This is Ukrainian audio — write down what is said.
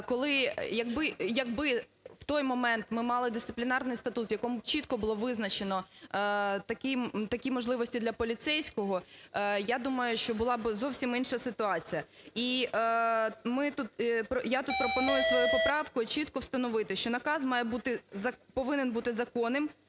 - якби в той момент ми мали Дисциплінарний статут, в якому чітко було б визначено такі можливості для поліцейського, я думаю, що була б зовсім інша ситуація. І ми тут, і я тут пропоную своєю поправкою чітко встановити, що наказ має бути, повинен бути законним,